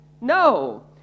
No